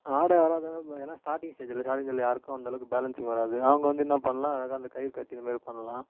ஆட வராது ஏன்னா ஸ்டார்ட்டிங் ஸ்டேஜில் ஸ்டார்ட்டிங் ஸ்டேஜில் யாருக்கும் வந்து அந்த அளவுக்கு பேலன்ஸிங் வராது அவங்க வந்து என்ன பண்ணலாம் அழகாக அந்த கயிறு கட்டு இதுமாரி பண்ணலாம்